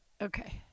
Okay